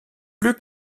plus